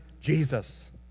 Jesus